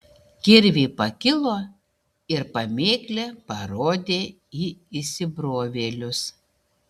kirviai pakilo ir pamėklė parodė į įsibrovėlius